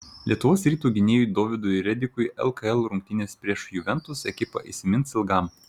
lietuvos ryto gynėjui dovydui redikui lkl rungtynės prieš juventus ekipą įsimins ilgam